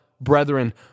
brethren